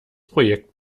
projekt